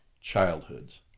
childhoods